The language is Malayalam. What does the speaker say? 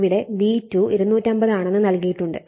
ഇവിടെ V2 250 ആണെന്ന് നൽകിയിട്ടുണ്ട്